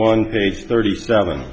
one vase thirty seven